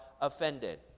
offended